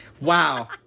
Wow